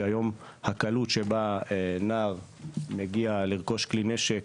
שהיום הקלות שבה נער מגיע לרכוש כלי נשק